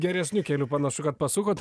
geresniu keliu panašu kad pasukot